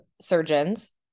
surgeons